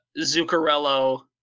Zuccarello